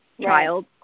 child